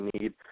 need